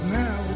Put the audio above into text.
now